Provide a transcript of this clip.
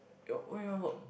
your where you want work